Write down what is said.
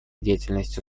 деятельности